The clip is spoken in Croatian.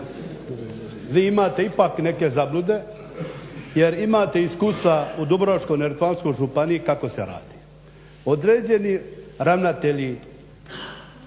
vi imate ipak neke zablude jer imate iskustva u Dubrovačko-neretvanskoj županiji kako se radi. Određeni ravnatelji,